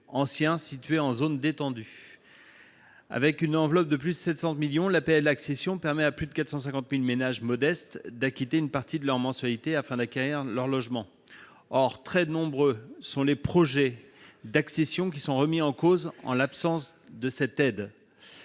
anciens situées en zone détendue avec une enveloppe de plus de 700 millions l'APL accession permet à plus de 450000 ménages modestes d'acquitter une partie de leurs mensualités afin d'acquérir leur logement or très nombreux sont les projets d'accession qui sont remis en cause en l'absence de cette aide,